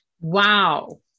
Wow